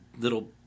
little